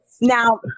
Now